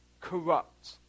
corrupt